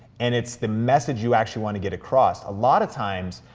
and it's the message you actually wanna get across. a lot of times,